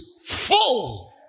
full